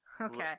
okay